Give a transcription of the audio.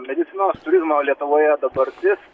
medicinos turizmo lietuvoje dabartis